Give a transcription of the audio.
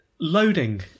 Loading